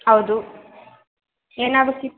ಹೌದು ಏನಾಗಬೇಕಿತ್ತು